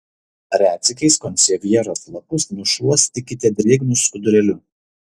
retkarčiais sansevjeros lapus nušluostykite drėgnu skudurėliu